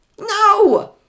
No